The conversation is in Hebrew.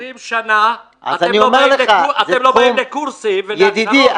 20 שנה אתם לא באים לקורסים --- ידידי,